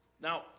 Now